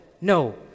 no